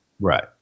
Right